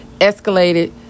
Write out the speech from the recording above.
escalated